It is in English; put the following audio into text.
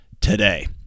today